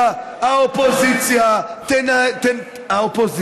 אתה לא מגן עליי, באמת.